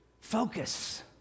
focus